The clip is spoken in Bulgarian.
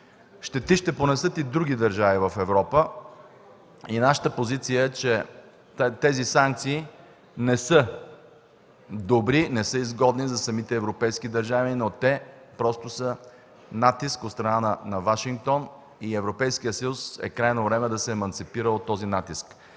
Щети ще понесат и други държави в Европа. Нашата позиция е, че тези санкции не са добри, не са изгодни за самите европейски държави, но те просто са натиск от страна на Вашингтон и е крайно време Европейският съюз да се еманципира от този натиск.